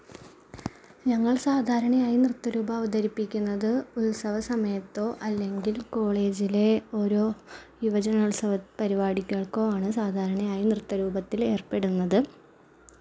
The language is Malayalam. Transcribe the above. ഞങ്ങൾ സാധാരണയായി നൃത്തരൂപം അവതരിപ്പിക്കുന്നത് ഉത്സവസമയത്തോ അല്ലെങ്കിൽ കോളേജിലെ ഓരോ യുവജനോത്സവ പരിപാടികൾക്കോ ആണ് സാധാരണയായി നൃത്തരൂപത്തിലേർപ്പെടുന്നത്